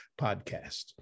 podcast